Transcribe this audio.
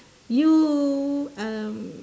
you um